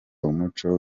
umuco